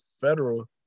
federal